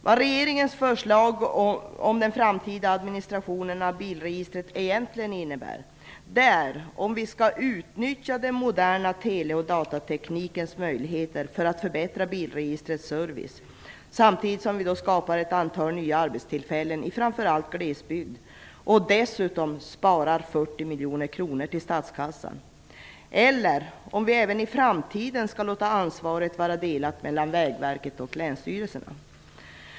Vad regeringens förslag om den framtida administrationen av bilregistret egentligen innebär är om vi skall utnyttja den moderna tele och datateknikens möjligheter för att förbättra bilregistrets service samtidigt som vi skapar ett antal nya arbetstillfällen i framför allt glesbygden och dessutom sparar 40 miljoner kronor i statskassan eller om vi även i framtiden skall låta ansvaret vara delat mellan Vägverket och länsstyrelserna.